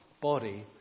body